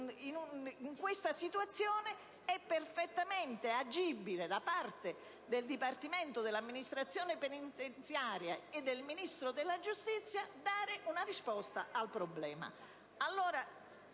in questa situazione è perfettamente praticabile da parte del Dipartimento dell'amministrazione penitenziaria e del Ministro della giustizia dare una risposta al problema.